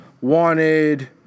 wanted